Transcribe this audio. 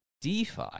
DeFi